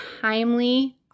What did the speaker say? timely